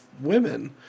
women